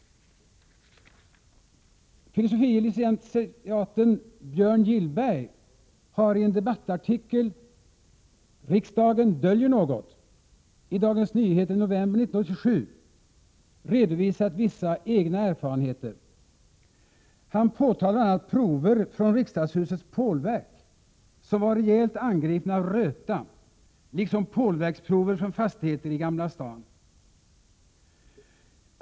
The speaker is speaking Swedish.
Fil. lic. Björn Gillberg har i en debattartikel, ”Riksdagen döljer något”, i Dagens Nyheter i november 1987 redovisat vissa egna erfarenheter. Han påtalar bl.a. att prover från riksdagshusets pålverk var rejält angripna av röta, liksom pålverksprover från fastigheter i Gamla stan.